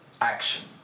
action